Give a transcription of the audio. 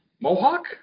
Mohawk